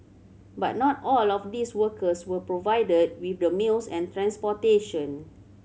but not all of these workers were provided with the meals and transportation